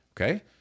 Okay